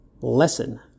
Lesson